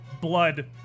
blood